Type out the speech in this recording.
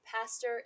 pastor